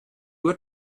what